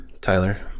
Tyler